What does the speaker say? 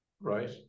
right